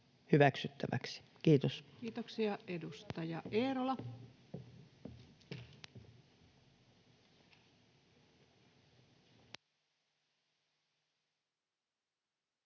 hyväksyttäväksi. — Kiitos. Kiitoksia. — Edustaja Eerola. Arvoisa